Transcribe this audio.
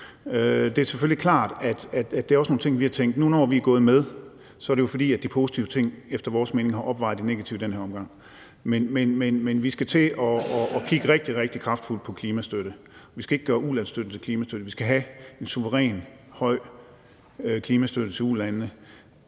Det er selvfølgelig klart, at det også er nogle ting, vi har tænkt. Når vi nu er gået med, er det jo, fordi de positive ting efter vores mening har opvejet de negative i den her omgang. Men vi skal til at kigge rigtig, rigtig kraftigt på klimastøtte, og vi skal ikke gøre ulandsstøtten til klimastøtte. Vi skal have en suverænt høj klimastøtte til ulandene,